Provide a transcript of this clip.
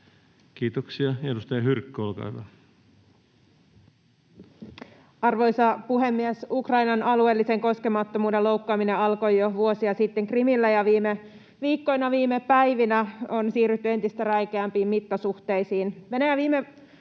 tilanteesta Time: 16:07 Content: Arvoisa puhemies! Ukrainan alueellisen koskemattomuuden loukkaaminen alkoi jo vuosia sitten Krimillä ja viime viikkoina, viime päivinä on siirrytty entistä räikeämpiin mittasuhteisiin.